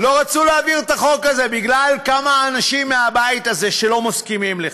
לא רצו להעביר את החוק הזה בגלל כמה אנשים מהבית הזה שלא מסכימים לכך.